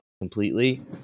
completely